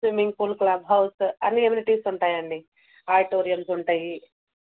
swimming pool club house అన్నీ amenities ఉంటాయండి auditoriums ఉంటయి